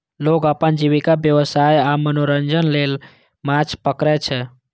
लोग अपन जीविका, व्यवसाय आ मनोरंजन लेल माछ पकड़ै छै